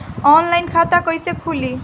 Online खाता कईसे खुलि?